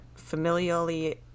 familially